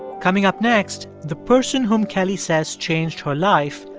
coming up next, the person whom kellie says changed her life,